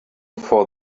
for